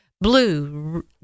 blue